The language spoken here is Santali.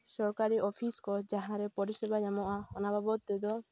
ᱥᱚᱨᱠᱟᱨᱤ ᱚᱯᱷᱤᱥ ᱠᱚ ᱡᱟᱦᱟᱸᱨᱮ ᱯᱚᱨᱤᱥᱮᱵᱟ ᱧᱟᱢᱚᱜᱼᱟ ᱚᱱᱟ ᱵᱟᱵᱚᱫ ᱛᱮᱫᱚ